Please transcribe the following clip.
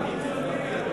מה קיצוני?